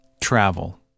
travel